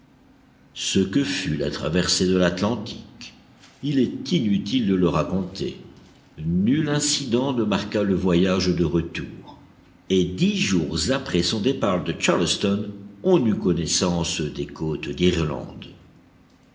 ce que fut la traversée de l'atlantique il est inutile de le raconter nul incident ne marqua le voyage de retour et dix jours après son départ de charleston on eut connaissance des côtes